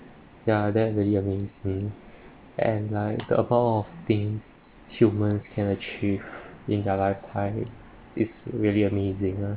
ya that's the year mean hmm and like the amount of things humans cannot achieve in their life time is really amazing ah